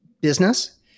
business